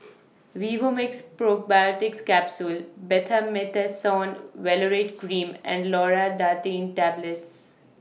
Vivomixx Probiotics Capsule Betamethasone Valerate Cream and Loratadine Tablets